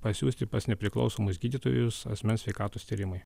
pasiųsti pas nepriklausomus gydytojus asmens sveikatos tyrimui